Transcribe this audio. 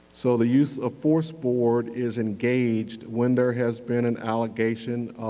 so the use of force board is engaged when there has been an allegation